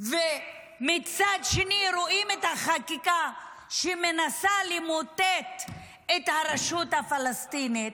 ומצד שני רואים את החקיקה שמנסה למוטט את הרשות הפלסטינית,